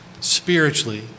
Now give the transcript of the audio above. spiritually